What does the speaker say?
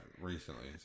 recently